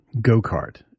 go-kart